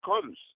comes